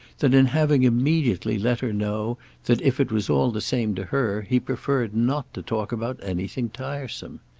than in having immediately let her know that, if it was all the same to her, he preferred not to talk about anything tiresome?